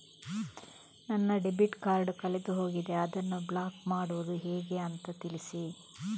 ನನ್ನ debit card ಕಳೆದು ಹೋಗಿದೆ, ಅದನ್ನು ಬ್ಲಾಕ್ ಮಾಡುವುದು ಹೇಗೆ ಅಂತ ತಿಳಿಸಿ?